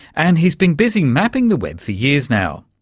and he's been busy mapping the web for years now.